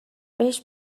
بهش